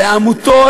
עמותות,